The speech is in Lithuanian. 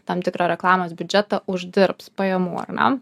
tam tikrą reklamos biudžetą uždirbs pajamų ar ne